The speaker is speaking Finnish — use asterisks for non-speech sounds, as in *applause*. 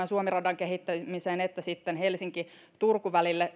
*unintelligible* suomi radan kehittämiseen että helsinki turku välille